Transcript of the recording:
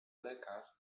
lekarz